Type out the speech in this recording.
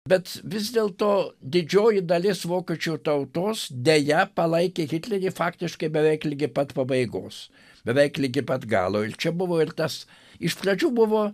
bet vis dėlto didžioji dalis vokiečių tautos deja palaikė hitlerį faktiškai beveik ligi pat pabaigos beveik ligi pat galo ir čia buvo ir tas iš pradžių buvo